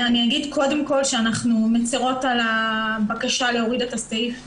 אני אגיד קודם כל שאנחנו מצרות על הבקשה להוריד את הסעיף,